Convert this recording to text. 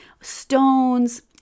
stones